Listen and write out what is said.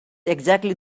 exactly